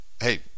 hey